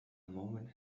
moment